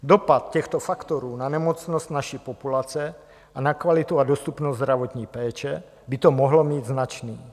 Dopad těchto faktorů na nemocnost naší populace a na kvalitu a dostupnost zdravotní péče by to mohlo mít značný.